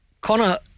Connor